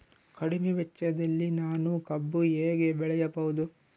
ಕಡಿಮೆ ವೆಚ್ಚದಲ್ಲಿ ನಾನು ಕಬ್ಬು ಹೇಗೆ ಬೆಳೆಯಬಹುದು?